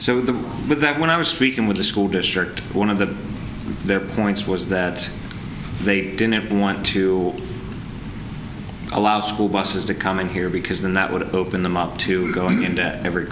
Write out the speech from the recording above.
the but that when i was speaking with the school district one of the their points was that they didn't want to allow school buses to come in here because then that would open them up to going into every